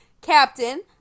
captain